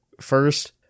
first